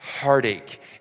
heartache